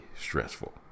stressful